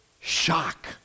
shock